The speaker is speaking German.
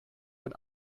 ein